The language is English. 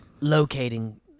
locating